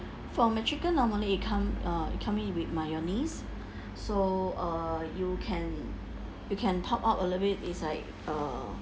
for mac chicken normally it come uh it coming with mayonnaise so uh you can you can top up a little bit is like uh